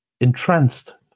entranced